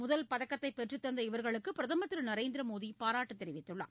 முதல் பதக்கத்தைபெற்றுத்தந்த இவர்களுக்குபிரதமர் திருநரேந்திரமோடிபாராட்டுதெரிவித்துள்ளார்